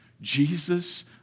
Jesus